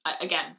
Again